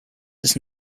his